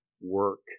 work